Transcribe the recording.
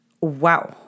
wow